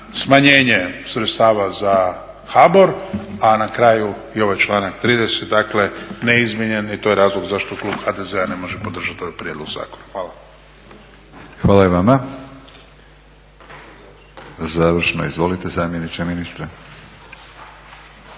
Smanjenje sredstava za HBOR, a na kraju i ovaj članak 30. dakle neizmijenjen i to je razlog zašto klub HDZ-a ne može podržati ovaj prijedlog zakona. Hvala. **Batinić, Milorad (HNS)** Hvala i vama. Završno izvolite zamjeniče ministra.